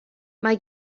mae